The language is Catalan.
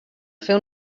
fer